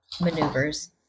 maneuvers